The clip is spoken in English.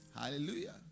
Hallelujah